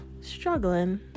Struggling